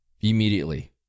Immediately